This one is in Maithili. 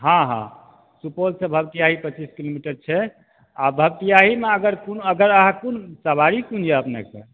हँ हँ सुपौल से भपटियाही पच्चीस किलोमीटर छै आ भपटियाहीमे अगर कोनो अगर अहाँ कोन सवारी कोन यऽ अपनेके